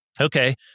Okay